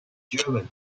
german